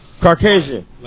Caucasian